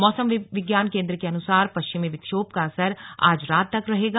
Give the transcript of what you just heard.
मौसम विज्ञान केन्द्र के अनुसार पश्चिमी विक्षोभ का असर आज रात तक रहेगा